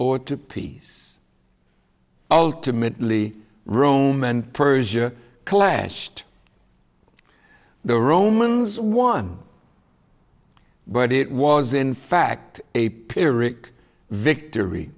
or to peace ultimately rome and persia clashed the romans one but it was in fact a pyrrhic victory